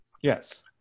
yes